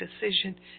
decision